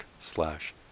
slash